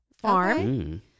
Farm